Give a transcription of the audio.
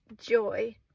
joy